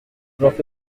fait